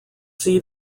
seat